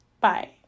Bye